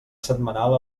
setmanal